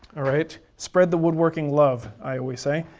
all right, spread the woodworking love, i always say.